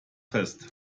fest